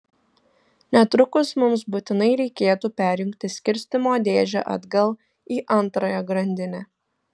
netrukus mums būtinai reikėtų perjungti skirstymo dėžę atgal į antrąją grandinę